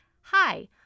Hi